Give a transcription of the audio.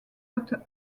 haute